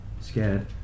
Scared